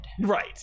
Right